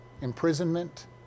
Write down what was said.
imprisonment